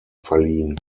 verliehen